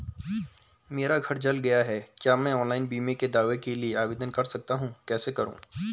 मेरा घर जल गया है क्या मैं ऑनलाइन बीमे के दावे के लिए आवेदन कर सकता हूँ कैसे करूँ?